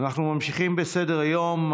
אנחנו ממשיכים בסדר-היום.